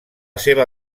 seva